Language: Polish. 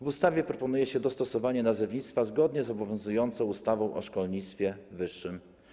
W ustawie proponuje się dostosowanie nazewnictwa zgodnie z obowiązującą ustawą o szkolnictwie wyższym.